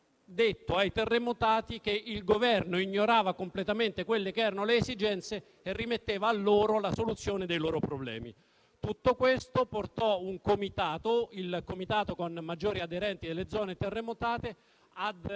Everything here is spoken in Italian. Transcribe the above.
detto ai terremotati che il Governo ignorava completamente quelle che erano le esigenze e rimetteva a loro la soluzione dei loro problemi. Tutto questo portò il comitato con maggiori aderenti delle zone terremotate ad